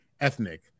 ethnic